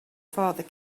father